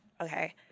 okay